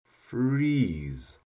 freeze